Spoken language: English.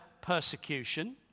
persecution